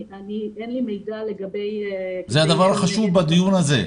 אין לי מידע לגבי --- זה הדבר החשוב בדיון הזה,